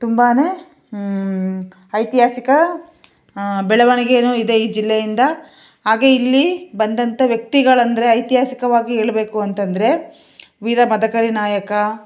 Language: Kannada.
ತುಂಬಾ ಐತಿಹಾಸಿಕ ಬೆಳವಣಿಗೇನು ಇದೆ ಈ ಜಿಲ್ಲೆಯಿಂದ ಹಾಗೇ ಇಲ್ಲಿ ಬಂದಂಥ ವ್ಯಕ್ತಿಗಳಂದರೆ ಐತಿಹಾಸಿಕವಾಗಿ ಹೇಳಬೇಕು ಅಂತಂದರೆ ವೀರ ಮದಕರಿ ನಾಯಕ